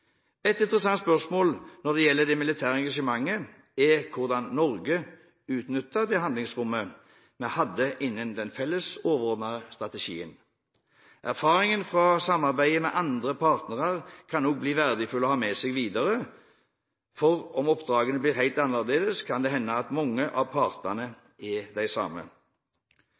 Et interessant spørsmål når det gjelder det militære engasjementet, er hvordan Norge utnyttet det handlingsrommet vi hadde innen den felles, overordnede strategien. Erfaringene fra samarbeid med andre partnere kan også bli verdifulle å ha med seg videre – for om oppdragene blir annerledes, kan det hende at mange av partnerne er de samme.